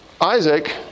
Isaac